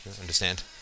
Understand